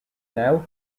now